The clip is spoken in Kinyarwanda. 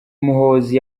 muhoozi